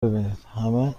ببینیدهمه